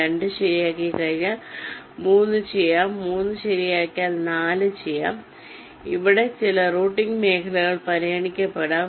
2 ശരിയാക്കിക്കഴിഞ്ഞാൽ നിങ്ങൾക്ക് റൂട്ട് 3 ചെയ്യാം ഒരിക്കൽ 3 ശരിയാക്കിയാൽ നിങ്ങൾക്ക് റൂട്ട് 4 ചെയ്യാം എന്നാൽ ഇവിടെ ചില റൂട്ടിംഗ് മേഖലകൾ പരിഗണിക്കപ്പെടാം